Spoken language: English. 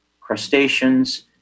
crustaceans